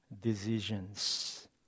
decisions